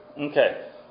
Okay